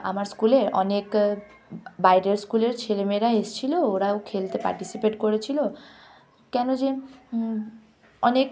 আমার স্কুলের অনেক বাইরের স্কুলের ছেলেমেয়েরা এসেছিল ওরাও খেলতে পার্টিসিপেট করেছিল কেন যে অনেক